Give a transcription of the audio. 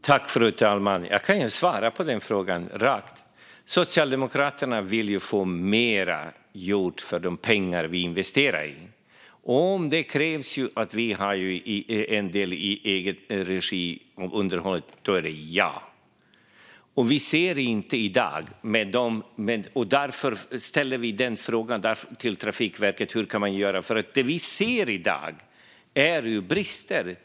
Fru talman! Jag kan svara rakt på den frågan. Socialdemokraterna vill få mer gjort för de pengar vi investerar. Om det för detta krävs att vi har en del underhåll i egen regi ska vi ha det så. Vi ser inte detta i dag, och det är därför vi har lagt uppdraget till Trafikverket. Det vi ser i dag är brister.